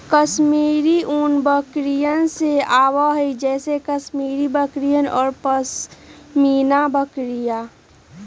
कश्मीरी ऊन बकरियन से आवा हई जैसे कश्मीरी बकरियन और पश्मीना बकरियन